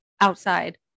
outside